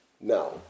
Now